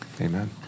Amen